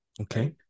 Okay